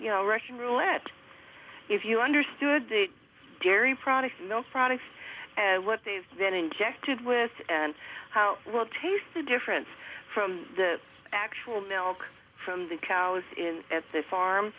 you know russian roulette if you understood the dairy products know products what they've been injected with and how it will taste the difference from the actual milk from the cows in the farm